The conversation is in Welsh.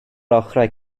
ochrau